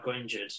injured